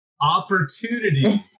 Opportunity